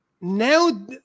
now